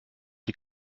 die